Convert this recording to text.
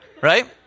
right